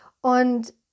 Und